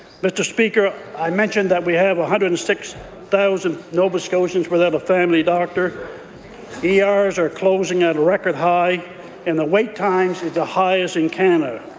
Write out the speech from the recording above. mr. speaker, i mentioned that we have one hundred and six thousand nova scotians without a family doctor ers are closing at a record high and the wait times are the highest in canada.